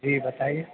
جی بتائیے